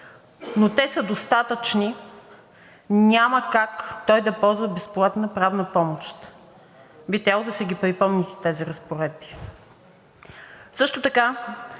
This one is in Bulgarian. но те са достатъчни, няма как той да ползва безплатна правна помощ. Би трябвало да си ги припомните тези разпоредби. Също така